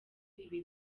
ibi